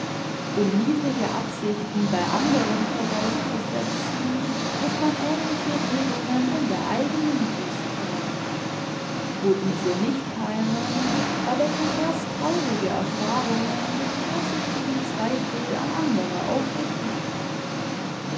um niedrige absichten bei anderen vorauszusetzen muß man ähnliche regungen in der eigenen brust tragen wo diese nicht keimen erwecken erst traurige erfahrungen den vorsichtigen zweifel an anderer aufrichtigkeit